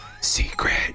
secret